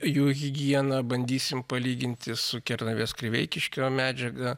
jų higieną bandysime palyginti su kernavės kriveikiškio medžiaga